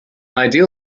ideal